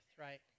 right